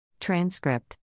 Transcript